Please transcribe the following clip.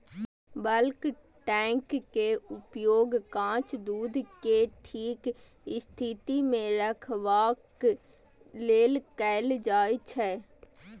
bulk tank के उपयोग कांच दूध कें ठीक स्थिति मे रखबाक लेल कैल जाइ छै